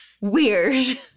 weird